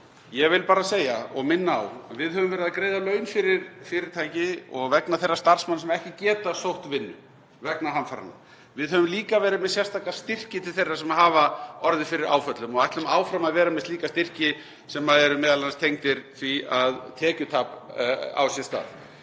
Ég vil bara segja og minna á að við höfum verið að greiða laun fyrir fyrirtæki vegna þeirra starfsmanna sem ekki geta sótt vinnu vegna hamfaranna. Við höfum líka verið með sérstaka styrki til þeirra sem hafa orðið fyrir áföllum og ætlum áfram að vera með slíka styrki sem eru m.a. tengdir því að tekjutap á sér stað.